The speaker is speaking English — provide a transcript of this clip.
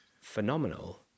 phenomenal